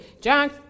John